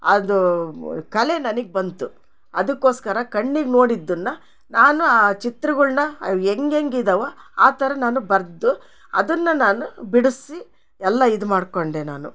ಅದು ಕಲೆ ನನಗೆ ಬಂತು ಅದಕ್ಕೋಸ್ಕರ ಕಣ್ಣಿಗೆ ನೋಡಿದ್ದುನ್ನ ನಾನು ಆ ಚಿತ್ರಗುಳನ್ನ ಅವು ಹೆಂಗೆಂಗಿದಾವೊ ಆ ಥರ ನಾನು ಬರೆದು ಅದುನ್ನ ನಾನು ಬಿಡಿಸಿ ಎಲ್ಲ ಇದು ಮಾಡ್ಕೊಂಡೆ ನಾನು